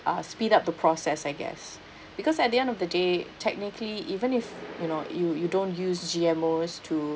uh speed up the process I guess because at the end of the day technically even if you know you you don't use G_M_Os to